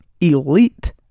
elite